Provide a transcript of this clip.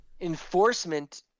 enforcement